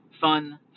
fun